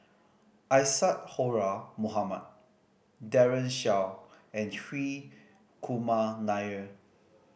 Isadhora Mohamed Daren Shiau and Hri Kumar Nair